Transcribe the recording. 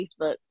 Facebook